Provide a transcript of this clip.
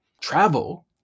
Travel